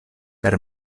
per